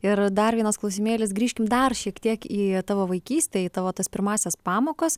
ir dar vienas klausimėlis grįžkim dar šiek tiek į tavo vaikystę į tavo tas pirmąsias pamokas